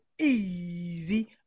Easy